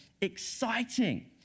exciting